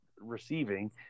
receiving